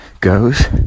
goes